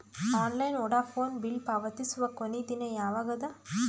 Online Vodafone bill ಪಾವತಿಸುವ ಕೊನಿ ದಿನ ಯವಾಗ ಅದ?